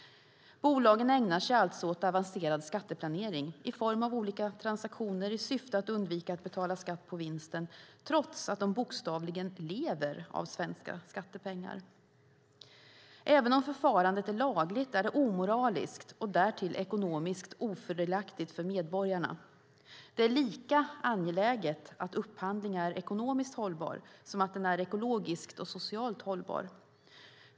Bolagen ägnar sig alltså åt avancerad skatteplanering i form av olika transaktioner i syfte att undvika att betala skatt på vinsten, trots att de bokstavligen lever av svenska skattepengar. Även om förfarandet är lagligt är det omoraliskt och därtill ekonomiskt ofördelaktigt för medborgarna. Det är lika angeläget att upphandling är ekonomiskt hållbar som att den är ekologiskt och socialt hållbar.